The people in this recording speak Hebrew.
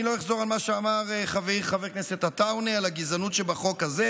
אני לא אחזור על מה שאמר חברי חבר הכנסת עטאונה על הגזענות שבחוק הזה.